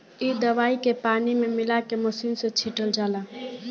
इ दवाई के पानी में मिला के मिशन से छिटल जाला